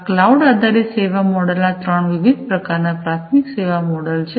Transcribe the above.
આ ક્લાઉડ આધારિત સેવા મોડલના ત્રણ વિવિધ પ્રકારના પ્રાથમિક સેવા મોડલ છે